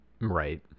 Right